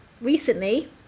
recently